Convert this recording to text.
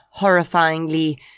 horrifyingly